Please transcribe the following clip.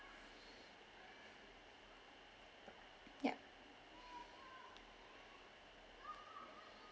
yup